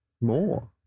more